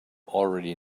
already